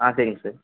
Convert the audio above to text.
சரிங்க சார்